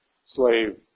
slave